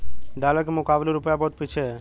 dollar के मुकाबले रूपया बहुत पीछे है